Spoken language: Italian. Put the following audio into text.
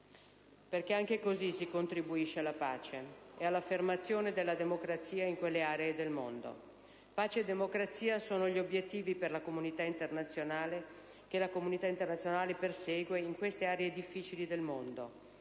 locali. Anche così si contribuisce alla pace e all'affermazione della democrazia in quelle aree del mondo. Pace e democrazia sono gli obiettivi che la comunità internazionale persegue in queste aree difficili del mondo.